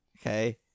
Okay